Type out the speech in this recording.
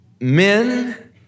men